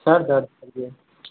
सरदर्दके लिए